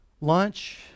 lunch